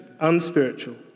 unspiritual